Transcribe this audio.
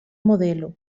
modelo